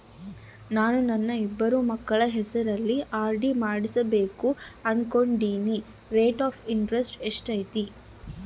ನಾನು ನನ್ನ ಇಬ್ಬರು ಮಕ್ಕಳ ಹೆಸರಲ್ಲಿ ಆರ್.ಡಿ ಮಾಡಿಸಬೇಕು ಅನುಕೊಂಡಿನಿ ರೇಟ್ ಆಫ್ ಇಂಟರೆಸ್ಟ್ ಎಷ್ಟೈತಿ?